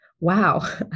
wow